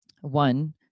one